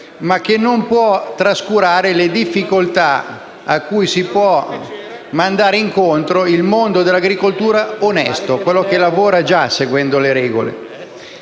ma che non può trascurare le difficoltà cui può andare incontro il mondo dell'agricoltura onesto, quello che lavora già seguendo le regole.